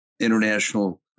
international